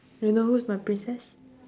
you know who is my princess